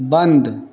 बंद